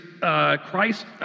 Christ